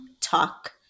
talk